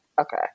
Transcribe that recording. okay